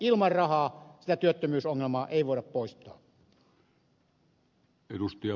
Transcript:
ilman rahaa sitä työttömyysongelmaa ei voida poistaa